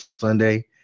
Sunday